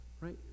right